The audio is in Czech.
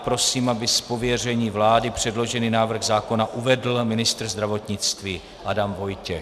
Prosím, aby z pověření vlády předložený návrh zákona uvedl ministr zdravotnictví Adam Vojtěch.